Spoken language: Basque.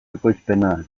ekoizpena